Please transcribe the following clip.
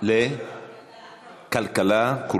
כלכלה.